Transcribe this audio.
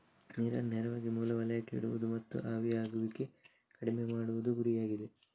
ನೀರನ್ನು ನೇರವಾಗಿ ಮೂಲ ವಲಯಕ್ಕೆ ಇಡುವುದು ಮತ್ತು ಆವಿಯಾಗುವಿಕೆ ಕಡಿಮೆ ಮಾಡುವುದು ಗುರಿಯಾಗಿದೆ